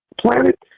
planet